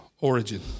Origin